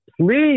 Please